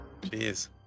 Jeez